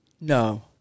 No